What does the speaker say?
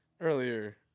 earlier